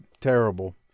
terrible